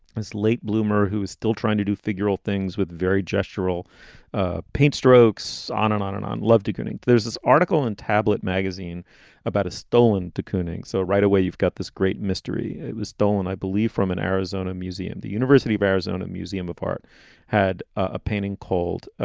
as late bloomer who is still trying to do figural things with very gestural paint strokes on and on and on. love de kooning. there's this article in tablet magazine about a stolen de kooning. so right away you've got this great mystery. it was stolen, i believe, from an arizona museum. the university of arizona museum of art had a painting called